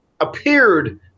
appeared